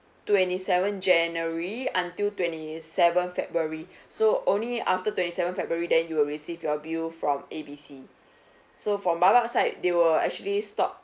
twenty seven january until twenty seven february so only after twenty seven february then you will receive your bill from A B C so for baobab's side they will actually stop